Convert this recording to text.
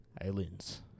Aliens